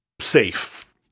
safe